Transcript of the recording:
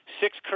six